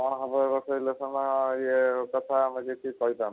କ'ଣ ହେବ ଏ ବର୍ଷ ଇଲେକ୍ସନ୍ ଇଏ କଥା ଆମେ କିଛି କହିପାରୁନି